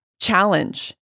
challenge